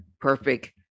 perfect